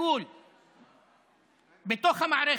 התסכול בתוך המערכת.